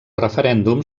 referèndum